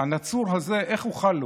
/ הנצור הזה איך אוכל לו.